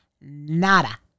Nada